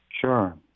Sure